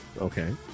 Okay